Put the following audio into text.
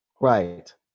Right